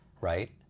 right